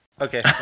Okay